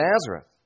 Nazareth